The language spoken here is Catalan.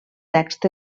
text